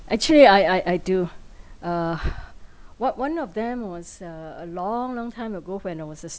actually I I I do uh one one of them was uh a long long time ago when I was just